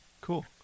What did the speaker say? cool